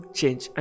change